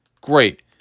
Great